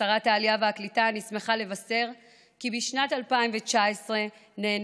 כשרת העלייה והקליטה אני שמחה לבשר כי בשנת 2019 נהנינו